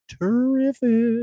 terrific